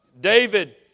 David